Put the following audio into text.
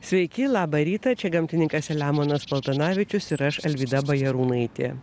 sveiki labą rytą čia gamtininkas selemonas paltanavičius ir aš alvyda bajarūnaitė